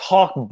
talk